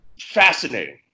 fascinating